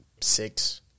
six